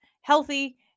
healthy